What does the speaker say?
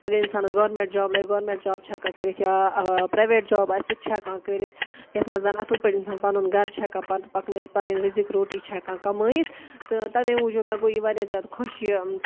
اگر اِنسانس government job لَگہِ گورمٮ۪نٛٹ جاب چھِ ہٮ۪کان کٔرِتھ یا پرٛایویٹ جاب آسہِ سُہ تہِ چھِ ہٮ۪کان کٔرِتھ یَتھ منٛز اَصٕل پٲٹھۍ اِنسان پنُن گرٕ چھِ ہٮ۪کان پانہٕ تہٕ پکنٲیِتھ پنٕنۍ رِزق روٹی چھِ ہٮ۪کان کمٲیِتھ تہٕ تَمے موٗجوٗب مےٚ گوٚو یہِ واریاہ زیادٕ خوش یہِ